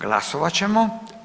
Glasovat ćemo.